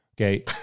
Okay